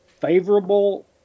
favorable